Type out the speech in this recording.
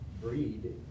breed